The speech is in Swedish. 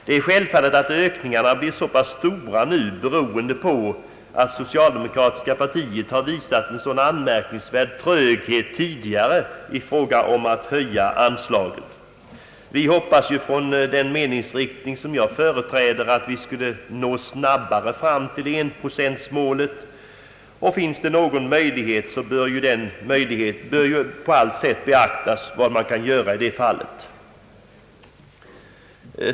Det är självfallet att ökningarna blir så pass stora nu beroende på att det socialdemokratiska partiet har visat en sådan anmärkningsvärd tröghet tidigare i fråga om att höja anslagen. Vi hoppas inom den meningsriktning som jag företräder att enprocentmålet skall kunna nås snabbare. Finns det någon möjlighet därtill, bör man på allt sätt beakta vad man kan göra i det fallet.